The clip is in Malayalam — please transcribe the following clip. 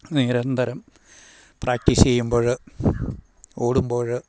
നിരന്തരം പ്രാക്ടീസ് ചെയ്യുമ്പോഴ് ഓടുമ്പോഴ്